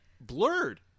blurred